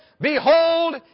Behold